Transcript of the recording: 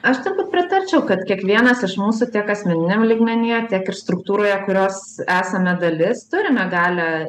aš turbūt pritarčiau kad kiekvienas iš mūsų tiek asmeniniam lygmenyje tiek ir struktūroje kurios esame dalis turime galią